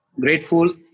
grateful